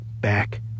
back